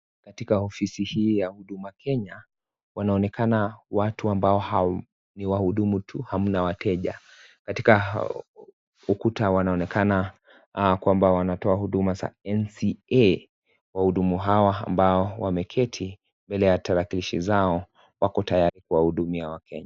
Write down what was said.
Katika ofisi hii ya huduma Kenya wanaonekana watu ambao ni wahudumu tu hamna wateja katika ukuta wanaonekana kwamba wanatoa huduma NCA wahudumu hawa ambao wameketi mbele ya tarakilishi zao wako tayari kuwahudumia wakenya.